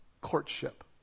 Courtship